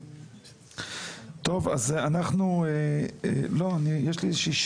טוב, יש לי איזה שהיא שאלה.